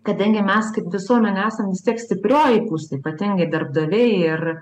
kadangi mes kaip visuomenė esam vis tiek stiprioji pusė ypatingai darbdaviai ir